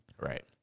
Right